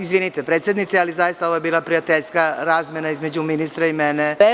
Izvinite predsednice, ali zaista ovo je bila prijateljska razmena između ministra i mene, izvinite.